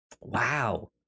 Wow